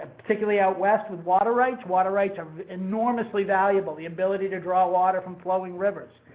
particularly out west with water rights. water rights are enormously valuable, the ability to draw water from flowing rivers.